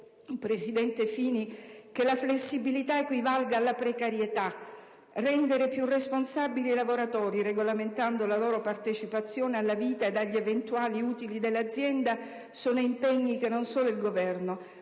presidente Fini - che la flessibilità equivalga alla precarietà, rendere più responsabili i lavoratori, regolamentando la loro partecipazione alla vita e agli eventuali utili dell'azienda, sono impegni che non solo il Governo